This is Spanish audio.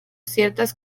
ciertas